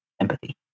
Empathy